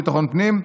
ביטחון פנים,